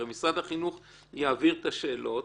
הרי משרד החינוך יעביר את השאלות,